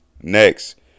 Next